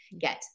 get